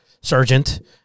Sergeant